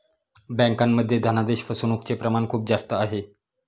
बँकांमध्ये धनादेश फसवणूकचे प्रमाण खूप जास्त आहे